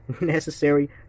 necessary